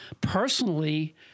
Personally